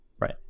Right